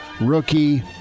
rookie